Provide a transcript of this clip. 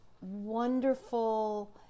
wonderful